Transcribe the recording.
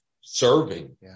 serving